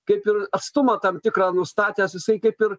kaip ir atstumą tam tikrą nustatęs jisai kaip ir